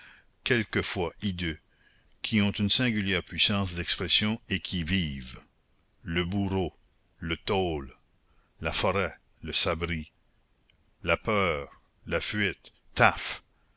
quelquefois hideux qui ont une singulière puissance d'expression et qui vivent le bourreau le taule la forêt le sabri la peur la fuite taf